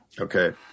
Okay